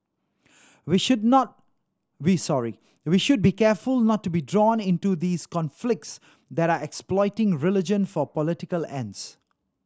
we should not we sorry we should be careful not to be drawn into these conflicts that are exploiting religion for political ends